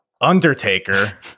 Undertaker